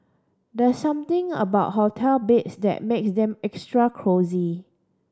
there's something about hotel beds that makes them extra cosy